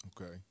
Okay